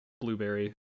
blueberry